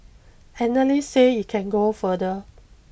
analysts say it can go further